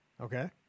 Okay